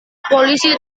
polisi